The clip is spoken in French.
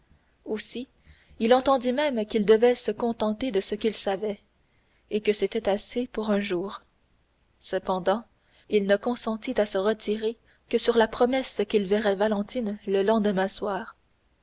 aussi il entendit même qu'il devait se contenter de ce qu'il savait et que c'était assez pour un jour cependant il ne consentit à se retirer que sur la promesse qu'il verrait valentine le lendemain soir